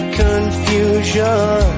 confusion